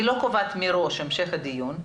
אני לא קובעת מראש המשך דיון,